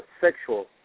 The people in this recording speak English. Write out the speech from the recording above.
sexual